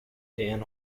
dan